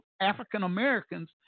African-Americans